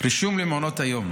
על רישום למעונות היום,